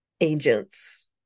agents